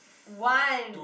one